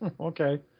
Okay